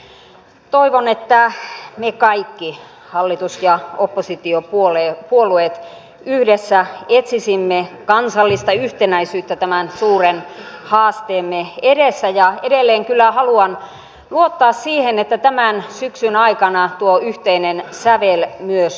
toivon että me kaikki hallitus ja oppositiopuolueet yhdessä etsisimme kansallista yhtenäisyyttä tämän suuren haasteemme edessä ja edelleen kyllä haluan luottaa siihen että tämän syksyn aikana tuo yhteinen sävel myös löytyy